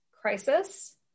crisis